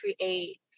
create